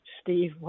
Steve